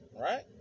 right